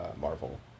marvel